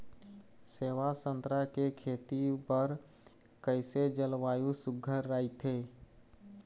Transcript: सेवा संतरा के खेती बर कइसे जलवायु सुघ्घर राईथे?